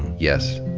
yes.